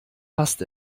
passt